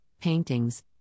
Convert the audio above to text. paintings